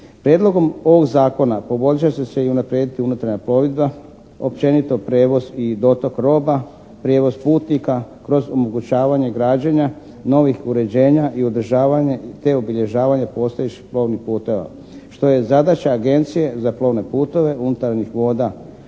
Prijedlogom ovog Zakona poboljšat će se i unaprijediti unutarnja plovidba, općenito prijevoz i dotok roba, prijevoz putnika kroz omogućavanje građenja novih uređenja i održavanje te obilježavanje postojećih plovnih puteva što je zadaća Agencije za plovne putove unutarnjih voda